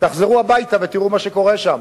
תחזרו הביתה ותראו מה שקורה שם.